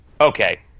Okay